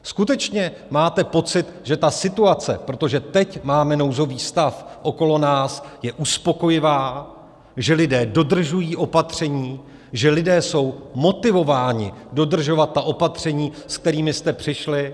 Skutečně máte pocit, že ta situace, protože teď máme nouzový stav, okolo nás je uspokojivá, že lidé dodržují opatření, že lidé jsou motivováni dodržovat opatření, s kterými jste přišli?